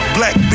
Black